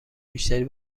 بیشتری